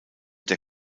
der